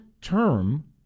term